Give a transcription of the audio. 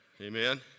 Amen